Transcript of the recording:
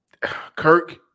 Kirk